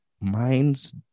minds